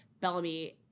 Bellamy